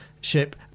ship